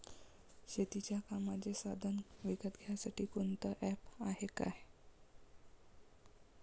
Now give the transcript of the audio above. शेतीच्या कामाचे साधनं विकत घ्यासाठी कोनतं ॲप हाये का?